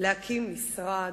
להקים משרד.